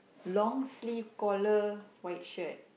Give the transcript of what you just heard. long sleeve collar white shirt